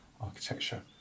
architecture